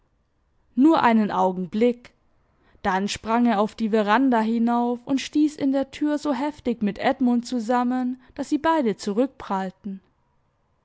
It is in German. nur einen augenblick dann sprang er auf die veranda hinauf und stieß in der tür so heftig mit edmund zusammen daß sie beide